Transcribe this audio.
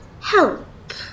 help